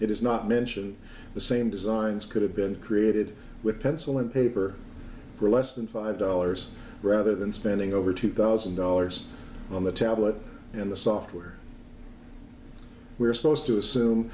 it is not mention the same designs could have been created with pencil and paper for less than five dollars rather than spending over two thousand dollars on the tablet and the software we're supposed to assume